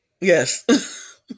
yes